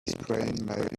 sprained